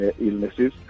illnesses